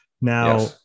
Now